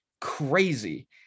crazy